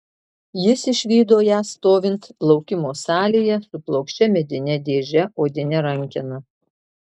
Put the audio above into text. jis išvydo ją stovint laukimo salėje su plokščia medine dėže odine rankena